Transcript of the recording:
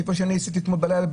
כפי שאני עשיתי אתמול בלילה,